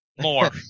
more